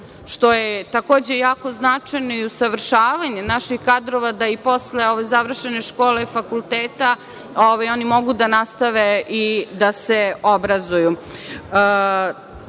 što je jako značajno i usavršavanje naših kadrova da i posle završene škole, fakulteta, oni mogu da nastave i da se obrazuju. Takođe,